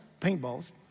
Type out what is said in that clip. paintballs